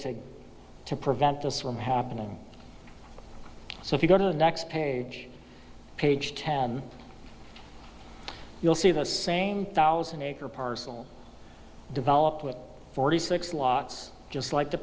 to to prevent this from happening so if you go to the next page page ten you'll see the same thousand acre parcel developed with forty six lots just like the